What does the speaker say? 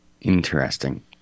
interesting